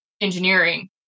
engineering